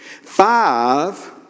Five